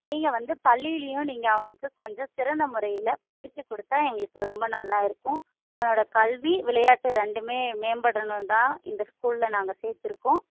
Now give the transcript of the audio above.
நீங்கள் வந்து பள்ளிலேயும் நீங்கள் அவனுக்கு கொஞ்சம் சிறந்த முறையில் பயிற்சி கொடுத்தா எங்களுக்கு ரொம்ப நல்லா இருக்கும் அவனோடய கல்வி விளையாட்டு ரெண்டுமே மேம்படணுன்னுதான் இந்த ஸ்கூல்ல நாங்கள் சேர்த்துருக்கோம்